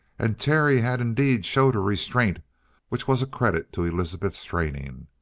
and terry had indeed showed a restraint which was a credit to elizabeth's training.